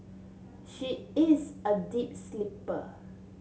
she is a deep sleeper